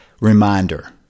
reminder